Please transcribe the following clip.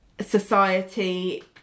society